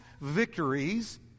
victories